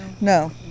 No